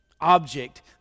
object